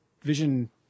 Vision